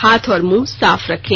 हाथ और मुंह साफ रखें